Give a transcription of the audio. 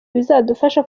bizadufasha